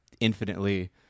infinitely